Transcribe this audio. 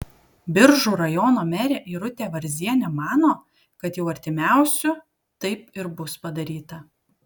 biržų rajono merė irutė varzienė mano kad jau artimiausiu taip ir bus padaryta